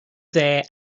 there